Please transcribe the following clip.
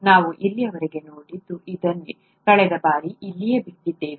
ನಾವು ಇಲ್ಲಿಯವರೆಗೆ ನೋಡಿದ್ದು ಇದನ್ನೇ ಕಳೆದ ಬಾರಿ ಇಲ್ಲಿಯೇ ಬಿಟ್ಟಿದ್ದೇವೆ